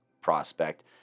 prospect